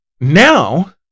Now